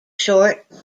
short